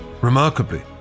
Remarkably